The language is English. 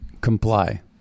comply